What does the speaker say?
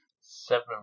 Seven